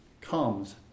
comes